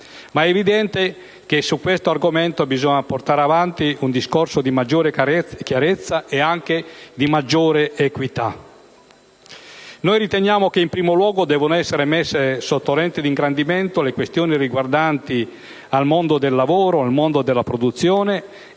ed è evidente che sull'argomento occorre portare avanti un discorso di maggiore chiarezza e anche di maggiore equità. Riteniamo che, in primo luogo, debbano essere messe sotto la lente di ingrandimento le questioni riguardanti il mondo del lavoro e della produzione